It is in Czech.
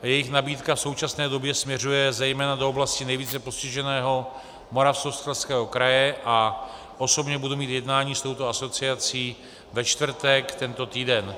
Jejich nabídka v současné době směřuje zejména do oblasti nejvíce postiženého Moravskoslezského kraje a osobně budu mít jednání s touto asociací ve čtvrtek tento týden.